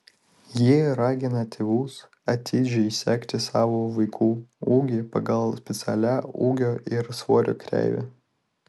ji ragina tėvus atidžiai sekti savo vaikų ūgį pagal specialią ūgio ir svorio kreivę